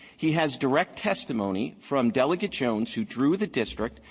he has direct testimony from delegate jones, who drew the district,